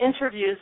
Interviews